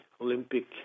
Olympic